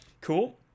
Cool